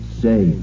say